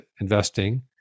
investing